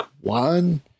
one-